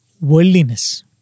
worldliness